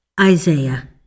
Isaiah